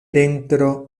dentro